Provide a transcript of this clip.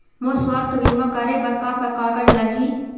मोर स्वस्थ बीमा करे बर का का कागज लगही?